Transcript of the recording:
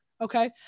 okay